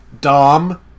Dom